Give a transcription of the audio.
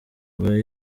bwa